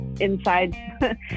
inside